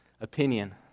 opinion